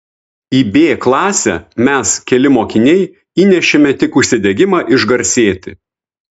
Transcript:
į b klasę mes keli mokiniai įnešėme tik užsidegimą išgarsėti